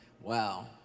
Wow